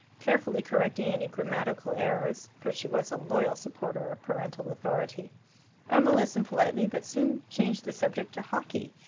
carefully correcting any grammatical errors, for she was a loyal supporter of parental authority irma listened politely, but soon changed the subject to hockey,